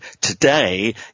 today